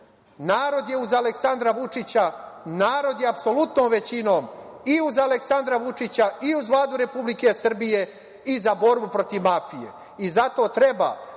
Narod je uz Aleksandra Vučića. Narod je apsolutnom većinom i uz Aleksandra Vučića i uz Vladu Republike Srbije i za borbu protiv mafije.